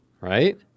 Right